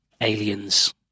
aliens